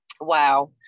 wow